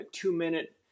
two-minute